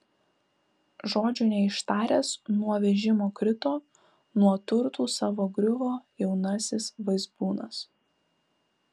žodžio neištaręs nuo vežimo krito nuo turtų savo griuvo jaunasis vaizbūnas